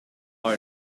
are